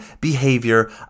behavior